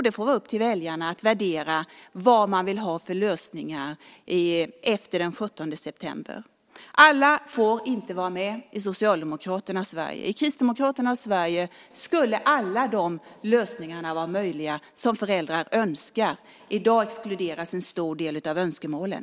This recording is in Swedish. Det får vara upp till väljarna att värdera vad de vill ha för lösningar efter den 17 september. Alla får inte vara med i Socialdemokraternas Sverige. I Kristdemokraternas Sverige skulle alla de lösningar som föräldrar önskar vara möjliga. I dag exkluderas en stor del av önskemålen.